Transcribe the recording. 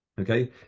Okay